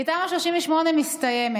כי תמ"א 38 מסתיימת.